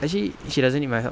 actually she doesn't need my help